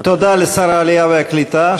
תודה לשר העלייה והקליטה.